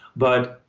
but,